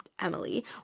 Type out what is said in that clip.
Emily